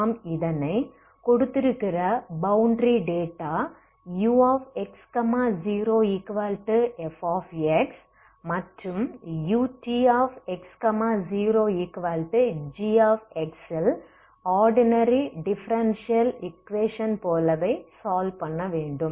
நாம் இதனை கொடுத்திருக்கிற பௌண்டரி டேட்டா ux0fx மற்றும் utx0g வில் ஆர்டினரி டிஃபரென்ஷியல் ஈக்வேஷன் போலவே சால்வ் பண்ண வேண்டும்